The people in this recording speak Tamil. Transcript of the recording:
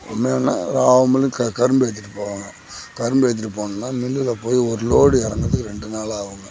உண்மையான வா மில்லுக்கு க கரும்பு ஏற்றிட்டு போவேங்க கரும்பு ஏற்றிட்டு போனேன்னா மில்லுல போய் ஒரு லோடு இறங்கறதுக்கு ரெண்டு நாள் ஆகுங்க